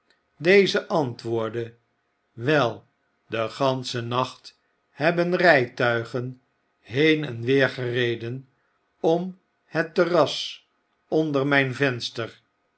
deze antwoordde wel den ganschen nacht hebben rytuigen heen en weer gereden om het terras onder inyn venster